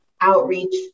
outreach